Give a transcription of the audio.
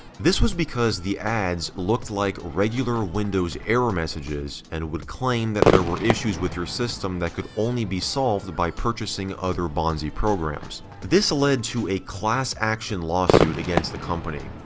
this was because the ads looked like regular windows error messages and would claim that there were issues with your system that could only be solved by purchasing other bonzi programs. this led to a class-action lawsuit against the company.